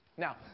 Now